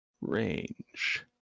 Range